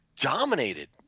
dominated